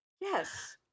Yes